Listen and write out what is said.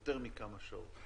יותר מכמה שעות.